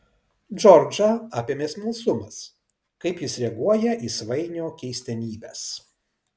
džordžą apėmė smalsumas kaip jis reaguoja į svainio keistenybes